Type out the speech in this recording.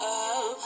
up